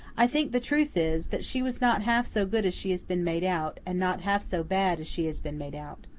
i think the truth is, that she was not half so good as she has been made out, and not half so bad as she has been made out.